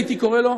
הייתי קורא לו,